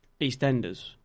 EastEnders